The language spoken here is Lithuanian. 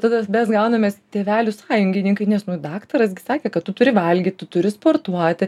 tada mes gaunamės tėvelių sąjungininkai nes nu daktaras gi sakė kad tu turi valgyt tu turi sportuoti